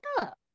up